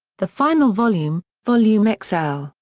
the final volume, volume like so